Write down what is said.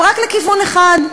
אבל רק לכיוון אחד,